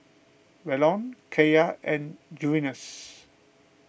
Welton Keyla and Junius